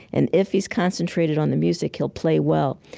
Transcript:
and if he's concentrated on the music, he'll play well.